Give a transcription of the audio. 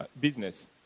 business